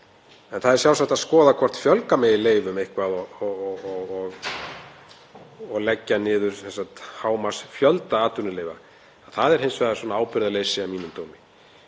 En það er sjálfsagt að skoða hvort fjölga megi leyfum eitthvað og leggja niður hámarksfjölda atvinnuleyfa. Það er hins vegar ábyrgðarleysi að mínum dómi.